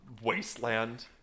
wasteland